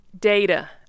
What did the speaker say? Data